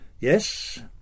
Yes